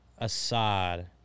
Assad